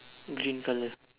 green colour